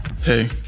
Hey